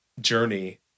journey